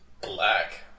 Black